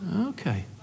Okay